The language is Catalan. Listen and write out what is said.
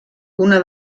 una